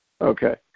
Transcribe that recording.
Okay